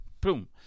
boom